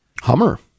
Hummer